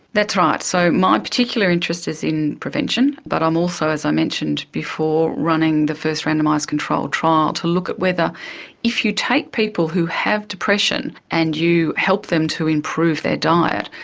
that's right. so my particular interest is in prevention but i'm also, as i mentioned before, running the first randomised controlled trial to look at whether if you take people who have depression and you help them to improve their diet,